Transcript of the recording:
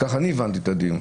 כך אני הבנתי את הדיון.